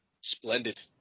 splendid